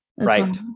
Right